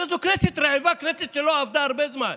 הרי זו כנסת רעבה, כנסת שלא עבדה הרבה זמן,